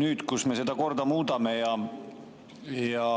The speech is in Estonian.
nüüd me seda korda muudame ja